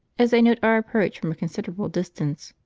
as they note our approach from a considerable distance.